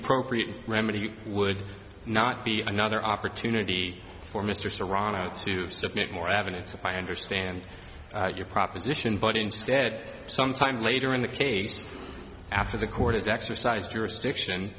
appropriate remedy would not be another opportunity for mr serrano to submit more evidence if i understand your proposition but instead some time later in the case after the court has exercised jurisdiction